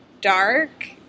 dark